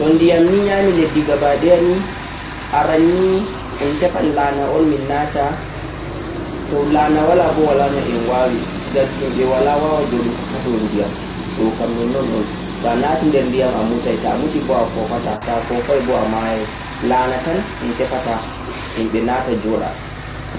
To ndiyam nii nyami leddi gabaɗaya nii, aran nii me tefan lana'on min nata, toh lana walaboo walano'en wawi ngam himɓe wala wawa joɗugo ha nder ndiyam ɗokam nonnon on. To'a nati nder ndiyam a mutai to'a muti boo afofata, to'a fofai bo amayan, lana tan ontefata himɓe nata joɗa